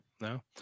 No